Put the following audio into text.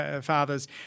fathers